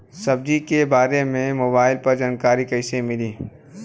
सब्जी के बारे मे मोबाइल पर जानकारी कईसे मिली?